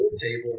table